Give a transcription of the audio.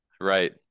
right